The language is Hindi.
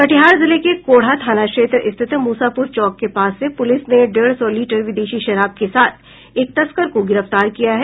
कटिहार जिले के कोढ़ा थाना क्षेत्र स्थित मूसापूर चौक के पास से पूलिस ने डेढ़ सौ लीटर विदेशी शराब के साथ एक तस्कर को गिरफ्तार किया है